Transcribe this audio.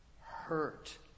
hurt